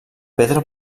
pedra